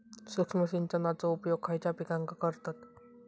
सूक्ष्म सिंचनाचो उपयोग खयच्या पिकांका करतत?